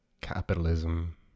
capitalism